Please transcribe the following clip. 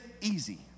easy